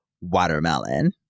watermelon